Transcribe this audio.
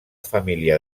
família